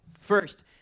First